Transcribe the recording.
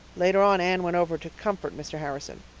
later on anne went over to comfort mr. harrison.